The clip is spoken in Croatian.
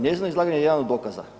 Njezino izlaganje je jedan od dokaza.